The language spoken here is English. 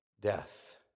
death